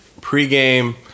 pregame